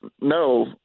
No